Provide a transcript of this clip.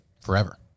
Forever